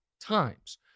times